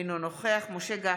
אינו נוכח משה גפני,